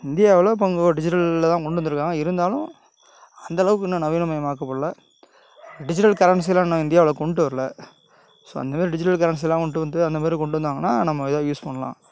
இந்தியாவில் பங்கு டிஜிட்டலில் தான் கொண்டு வந்துருக்காங்க இருந்தாலும் அந்த அளவுக்கு இன்னும் நவீனமயமாக்கப்படல டிஜிட்டல் கரன்சிலாம் இன்னும் இந்தியாவில் கொண்டுட்டு வரல ஸோ அந்தமாதிரி டிஜிட்டல் கரன்சிலாம் கொண்டுட்டு வந்து அந்த மாரி கொண்டுட்டு வந்தாங்கன்னா நம்ம எதாவது யூஸ் பண்ணலாம்